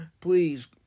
please